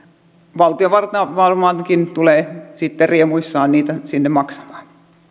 valtiovalta varmaankin tulee sitten riemuissaan niitä sinne maksamaan